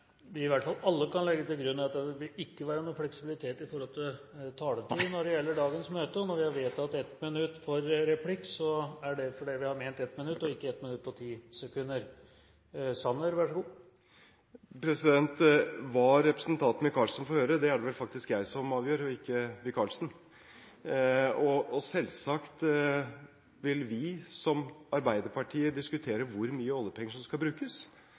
i hvert fall alle kan legge til grunn, er at det ikke vil være noen fleksibilitet med hensyn til taletid når det gjelder dagens møte. Når vi har vedtatt 1 minutt for replikk, er det fordi vi har ment 1 minutt og ikke 1 minutt og 10 sekunder. Hva representanten Micaelsen får høre, er det vel faktisk jeg som avgjør – ikke Micaelsen. Selvsagt vil vi – i likhet med Arbeiderpartiet – diskutere hvor mye oljepenger som skal brukes. Jeg antar at den rød-grønne regjeringen også har diskutert hvor mye oljepenger som skal brukes